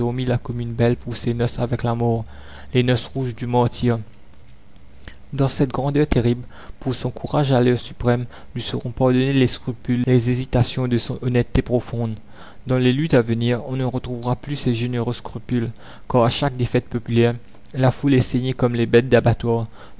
ses noces avec la mort les noces rouges du martyre dans cette grandeur terrible pour son courage à l'heure suprême lui seront pardonnés les scrupules les hésitations de son honnêteté profonde la commune dans les luttes à venir on ne retrouvera plus ces généreux scrupules car à chaque défaite populaire la foule est saignée comme les bêtes d'abattoir